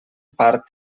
part